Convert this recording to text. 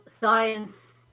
science